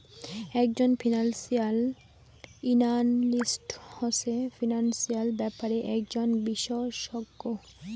একজন financial analyst হসে financial ব্যাপারে একজন বিশষজ্ঞ